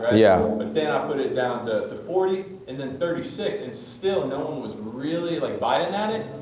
ah yeah. but then i put it down to to forty and then thirty six and still no one was really like biting at it.